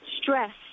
stress